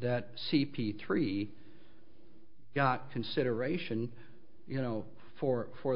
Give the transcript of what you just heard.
that c p three got consideration you know for for